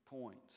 points